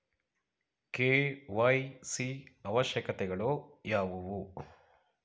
KYC ಅವಶ್ಯಕತೆಗಳು ಯಾವುವು?